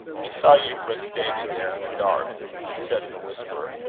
he saw euphra standing there in the dark who said in a whisper